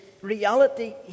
reality